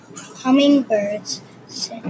Hummingbirds